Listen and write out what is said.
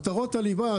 השר ציין את מטרות הליבה,